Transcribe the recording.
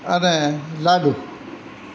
અને લાડુ